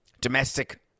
domestic